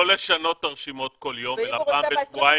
לשנות את הרשימות כל יום אלא פעם בשבועיים,